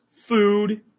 food